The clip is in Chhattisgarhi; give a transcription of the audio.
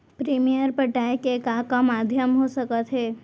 प्रीमियम पटाय के का का माधयम हो सकत हे?